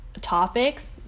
topics